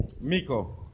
Miko